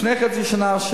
לפני חצי שנה,